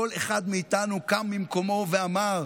כל אחד מאיתנו קם ממקומו ואמר: